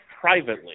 privately